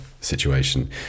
situation